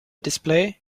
display